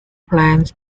plants